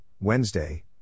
Wednesday